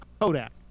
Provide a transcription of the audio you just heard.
Kodak